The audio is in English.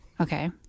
Okay